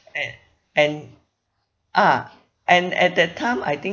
at and ah and at that time I think